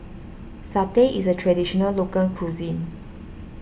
Satay is a Traditional Local Cuisine